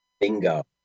bingo